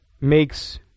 makes